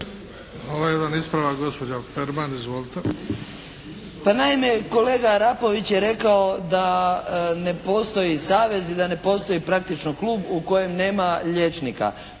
Hvala. Jedan ispravak, gospođa Perman. Izvolite!